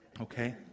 Okay